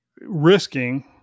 risking